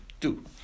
Two